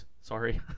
Sorry